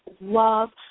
love